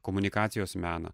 komunikacijos meną